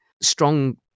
strong